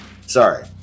sorry